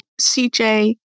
CJ